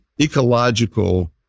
ecological